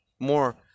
more